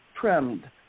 trimmed